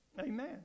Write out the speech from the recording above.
Amen